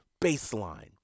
Baseline